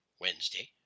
Wednesday